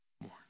more